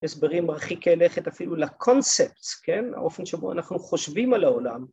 ‫הסברים מרחיקי הלכת אפילו לקונספטס, ‫האופן שבו אנחנו חושבים על העולם.